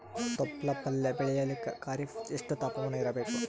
ತೊಪ್ಲ ಪಲ್ಯ ಬೆಳೆಯಲಿಕ ಖರೀಫ್ ಎಷ್ಟ ತಾಪಮಾನ ಇರಬೇಕು?